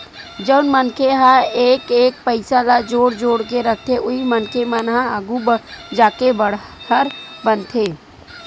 जउन मनखे ह एक एक पइसा ल जोड़ जोड़ के रखथे उही मनखे मन ह आघु जाके बड़हर बनथे